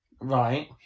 Right